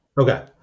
Okay